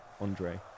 Andre